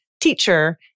teacher